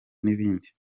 n’ibindi